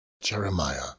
Jeremiah